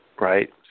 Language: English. right